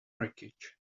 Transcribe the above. wreckage